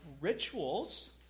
rituals